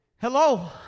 Hello